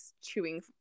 chewing